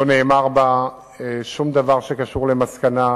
לא נאמר בה שום דבר שקשור למסקנה,